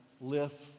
lift